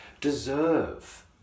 deserve